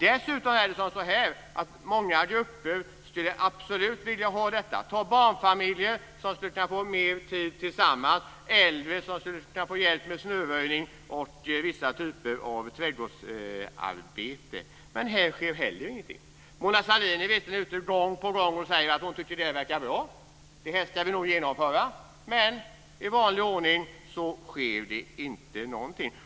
Dessutom är det så att många grupper skulle absolut vilja ha detta. Ta barnfamiljer, som skulle få mer tid tillsammans, och äldre, som skulle kunna få hjälp med snöröjning och vissa typer av trädgårdsarbete. Men här sker inte heller någonting. Mona Sahlin är visserligen ute gång på gång och säger att hon tycker att det verkar bra och att det nog ska genomföras, men i vanlig ordning sker det inte någonting.